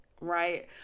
Right